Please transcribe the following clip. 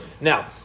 Now